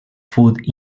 food